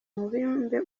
mubumbe